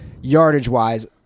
yardage-wise